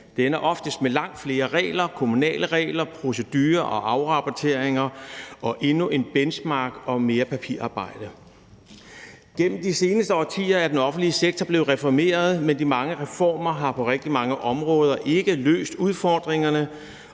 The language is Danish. Det ender oftest med langt flere regler, kommunale regler, procedurer og afrapporteringer og endnu en benchmark og mere papirarbejde. Gennem de seneste årtier er den offentlige sektor blevet reformeret, men de mange reformer har på rigtig mange områder ikke løst udfordringerne,